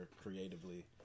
creatively